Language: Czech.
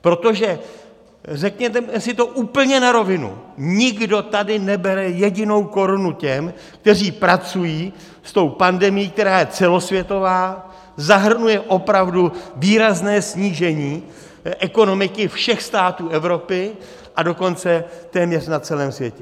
Protože řekněme si to úplně na rovinu, nikdo tady nebere jedinou korunu těm, kteří pracují s tou pandemií, která je celosvětová, zahrnuje opravdu výrazné snížení ekonomiky všech států Evropy, a dokonce téměř na celém světě.